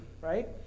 Right